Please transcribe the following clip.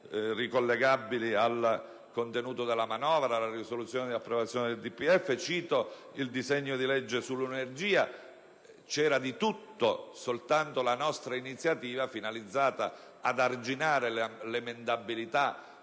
ricollegabili al contenuto della manovra e alla risoluzione di approvazione del DPEF. Ugualmente, cito il disegno di legge sull'energia: in esso c'era di tutto e soltanto la nostra iniziativa, finalizzata ad arginare l'emendabilità